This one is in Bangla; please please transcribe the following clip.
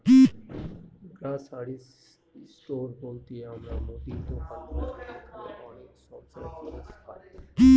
গ্রসারি স্টোর বলতে আমরা মুদির দোকান বুঝি যেখানে অনেক সংসারের জিনিস পাই